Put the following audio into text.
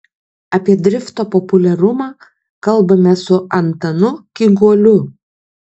apie drifto populiarumą kalbamės su antanu kyguoliu